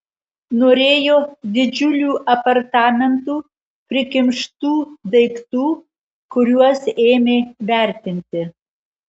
norėjo didžiulių apartamentų prikimštų daiktų kuriuos ėmė vertinti